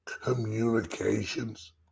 communications